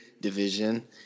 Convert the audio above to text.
division –